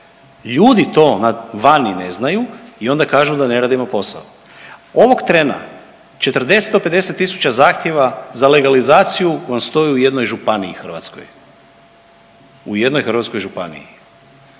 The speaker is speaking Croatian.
Ljudi to vani ne znaju i onda kažu da ne radimo posao. Ovog trena 40 do 50 tisuća zahtjeva za legalizaciju vam stoji u jednoj županiji hrvatskoj, u hrvatskoj županiji.